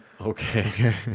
Okay